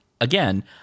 again